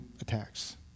attacks